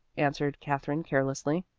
answered katherine carelessly.